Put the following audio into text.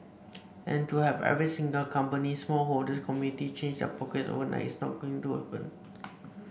and to have every single company small holders communities change their practices overnight is not going to happen